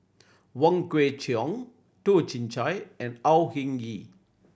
Wong Kwei Cheong Toh Chin Chye and Au Hing Yee